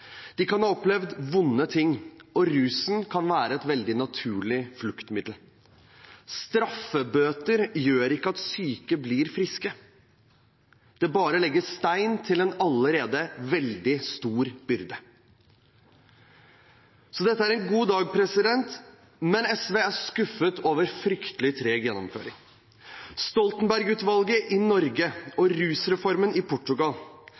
De kan ha opplevd vonde ting, og rusen kan være et veldig naturlig fluktmiddel. Straffebøter gjør ikke at syke blir friske; det legger bare stein til en allerede veldig stor byrde. Så dette er en god dag, men SV er skuffet over fryktelig treg gjennomføring. Stoltenberg-utvalget i Norge og rusreformen i Portugal: